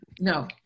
No